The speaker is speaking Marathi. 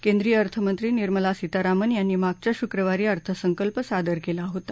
केंद्रीय अर्थमंत्री निर्मला सीतारामन यांनी मागच्या शुक्रवारी अर्थसंकल्प सादर केला होता